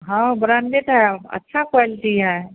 हाँ ब्राण्डेड है अच्छी क्वालिटी है